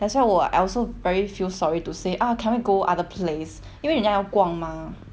that's why 我 I also very feel sorry to say ah can we go other place 因为人家要逛 mah